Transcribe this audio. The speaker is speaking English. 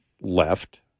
left